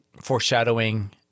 foreshadowing